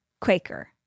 Quaker